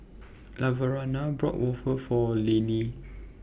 Laverna bought Waffle For Laney